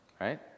Right